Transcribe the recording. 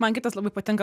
man kitas labai patinka